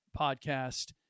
podcast